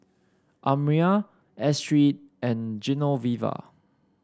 Almyra Astrid and Genoveva